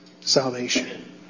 salvation